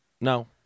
No